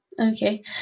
okay